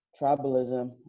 tribalism